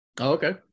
Okay